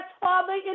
Father